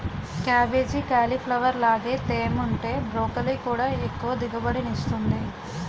cabbage, cauliflower లాగే తేముంటే broccoli కూడా ఎక్కువ దిగుబడినిస్తుంది